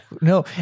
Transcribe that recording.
no